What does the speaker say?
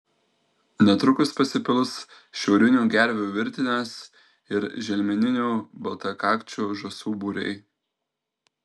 netrukus pasipils šiaurinių gervių virtinės ir želmeninių baltakakčių žąsų būriai